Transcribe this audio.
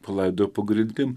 palaido po grindim